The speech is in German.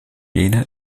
jene